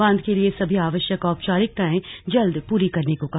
बांध के लिए सभी आवश्यक औपचारिकताएं जल्द पूरी करने को कहा